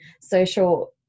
social